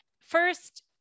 First